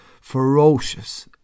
ferocious